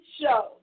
show